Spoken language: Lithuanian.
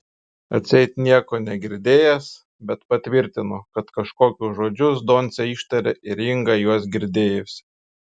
atseit nieko negirdėjęs bet patvirtino kad kažkokius žodžius doncė ištarė ir inga juos girdėjusi